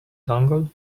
dongle